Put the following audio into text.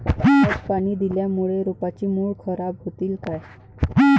पट पाणी दिल्यामूळे रोपाची मुळ खराब होतीन काय?